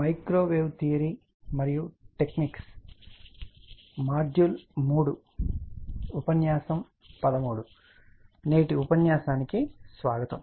hello మరియు నేటి ఉపన్యాసానికి స్వాగతం